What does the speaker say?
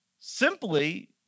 simply